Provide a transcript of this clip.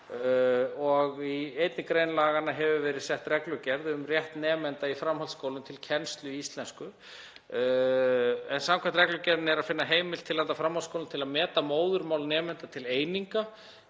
og í einni grein laganna hefur verið sett reglugerð um rétt nemenda í framhaldsskólum til kennslu í íslensku. Samkvæmt reglugerðinni er að finna heimild til handa framhaldsskólunum til að meta móðurmál nemenda til eininga